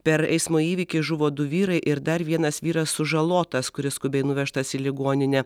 per eismo įvykį žuvo du vyrai ir dar vienas vyras sužalotas kuris skubiai nuvežtas į ligoninę